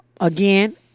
again-